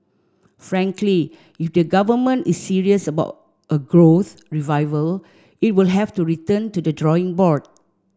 frankly if the government is serious about a growth revival it will have to return to the drawing board